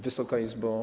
Wysoka Izbo!